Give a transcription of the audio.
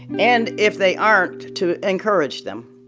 and if they aren't, to encourage them,